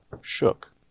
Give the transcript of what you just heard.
Shook